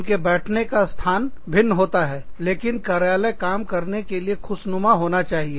उनके बैठने का स्थान भिन्न होता है लेकिन कार्यालय काम करने के लिए खुश नुमा होना चाहिए